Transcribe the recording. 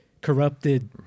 corrupted